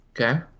Okay